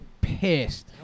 pissed